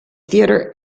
theodore